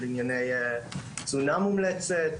של ענייני תזונה מומלצת,